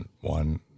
one